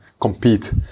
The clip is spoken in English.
compete